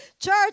Church